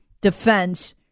defense